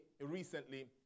recently